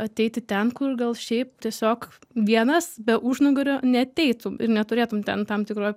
ateiti ten kur gal šiaip tiesiog vienas be užnugario neateitum ir neturėtum ten tam tikro